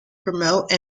promote